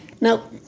Now